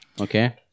Okay